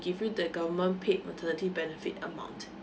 give you the government paid maternity benefit amount